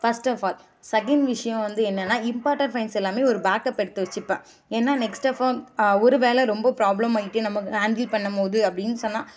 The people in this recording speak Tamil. ஃபஸ்ட்டஃப் ஆல் செகண்ட் விஷயம் வந்து என்னென்னா இம்பார்ட்டெண்ட் ஃபைல்ஸ் எல்லாமே ஒரு பேக்கப் எடுத்து வச்சுப்பேன் ஏன்னா நெக்ஸ்ட் அஃப்போ ஒரு வேளை ரொம்ப ப்ராப்ளம் ஆகிட்டு நம்ம ஹேண்டில் பண்ணும் போது அப்படின்னு சொன்னால்